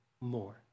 more